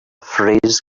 phrase